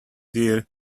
dear